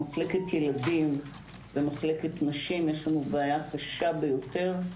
במחלקת ילדים ובמחלקת נשים יש לנו בעיה קשה ביותר.